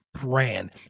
brand